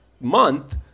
month